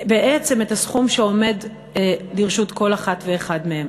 בעצם את הסכום שעומד לרשות כל אחת ואחד מהם.